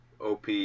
OP